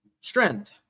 Strength